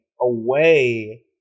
away